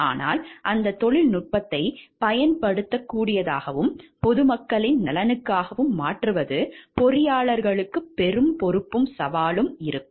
ஆனால் அந்தத் தொழில்நுட்பத்தைப் பயன்படுத்தக்கூடியதாகவும் பொதுமக்களின் நலனுக்காகவும் மாற்றுவது பொறியாளர்களுக்குப் பெரும் பொறுப்பும் சவாலும் ஆகும்